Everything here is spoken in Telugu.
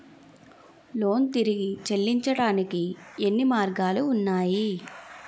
లోన్ తిరిగి చెల్లించటానికి ఎన్ని మార్గాలు ఉన్నాయి?